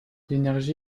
l’énergie